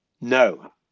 No